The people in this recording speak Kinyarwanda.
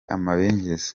amabengeza